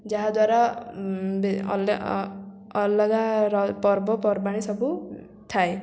ଯାହା ଦ୍ୱାରା ଅଲଗା ପର୍ବ ପର୍ବାଣି ସବୁ ଥାଏ